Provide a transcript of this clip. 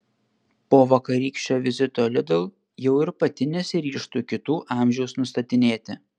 po vakarykščio vizito lidl jau ir pati nesiryžtu kitų amžiaus nustatinėti